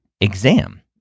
exam